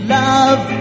love